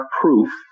proof